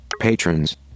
Patrons